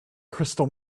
crystal